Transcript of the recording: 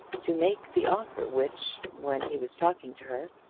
to make the offer which, when he was talking to her,